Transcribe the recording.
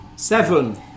Seven